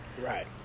Right